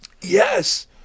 Yes